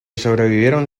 sobrevivieron